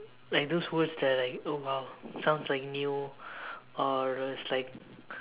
like those words that are like oh !wow! sounds like new or is like